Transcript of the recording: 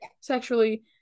sexually